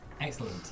Excellent